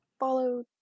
follow